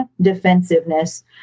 defensiveness